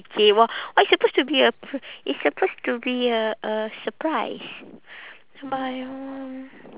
it's supposed to be a pre~ it's supposed to be a a surprise but